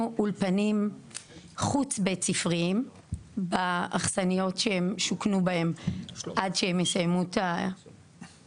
אולפנים חוץ בית ספרים באכסניות שהם שוכנו בהם עד שהם יסיימו את הגיור.